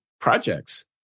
projects